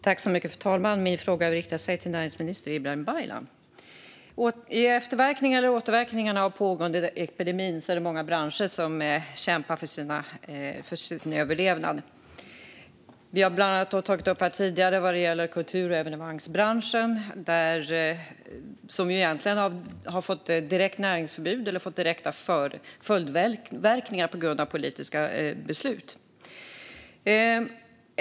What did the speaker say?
Fru talman! Min fråga riktar sig till näringsminister Ibrahim Baylan. I återverkningarna av den pågående epidemin är det många branscher som kämpar för sin överlevnad. Vi har här tidigare bland annat tagit upp kulturevenemangsbranschen, som egentligen har fått direkt näringsförbud eller fått direkta följdverkningar på grund av politiska beslut.